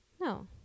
No